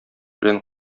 белән